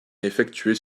effectuées